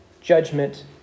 judgment